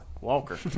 Walker